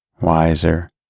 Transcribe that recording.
wiser